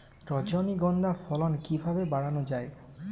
রজনীগন্ধা ফলন কিভাবে বাড়ানো যায়?